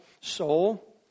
soul